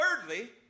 thirdly